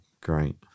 great